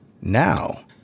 Now